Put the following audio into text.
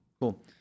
Cool